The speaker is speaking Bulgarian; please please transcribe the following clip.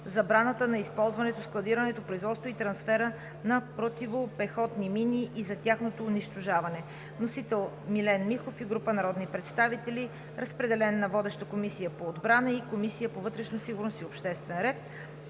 забраната на използването, складирането, производството и трансфера на противопехотни мини и за тяхното унищожаване. Вносител е Милен Михов и група народни представители. Разпределен е на водещата Комисия по отбрана и Комисията по вътрешна сигурност и обществен ред.